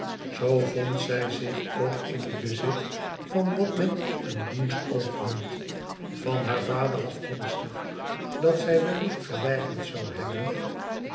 zoo vond zij zich ook in het bezit van wat men een loensch oog noemt van haar vader afkomstig dat zij wellicht geweigerd zou hebben